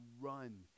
run